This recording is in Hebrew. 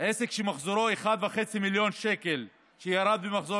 עסק שמחזורו 1.5 מיליון שקלים שירד במחזור